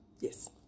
yes